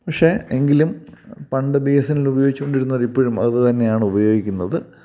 പക്ഷേ എങ്കിലും പണ്ട് ബി എസ് എൻ എല്പയോഗിച്ചുകൊണ്ടിരുന്നവരിപ്പോഴും അത് തന്നെയാണുപയോഗിക്കുന്നത്